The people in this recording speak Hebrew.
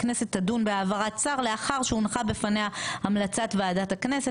הכנסת תדון בהעברת שר לאחר שהונחה בפניה המלצת ועדת הכנסת.